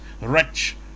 Wretch